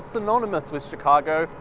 synonymous with chicago,